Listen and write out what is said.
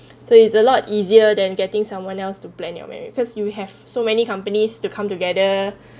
so it's a lot easier than getting someone else to plan your money cause you have so many companies to come together